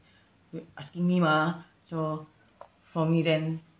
you asking me mah so for me then